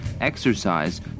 exercise